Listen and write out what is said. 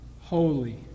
holy